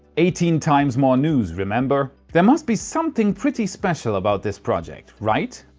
eighteen times more news, remember? there must be something pretty special about this project, right?